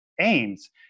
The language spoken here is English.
aims